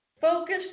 Focus